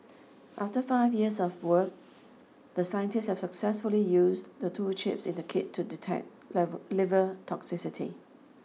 after five years of work the scientists have successfully used the two chips in the kit to detect liver toxicity